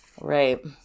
Right